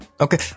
Okay